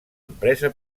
empresa